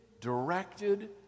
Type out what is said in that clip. directed